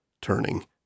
Turning